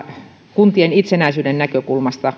kuntien itsenäisyyden näkökulmasta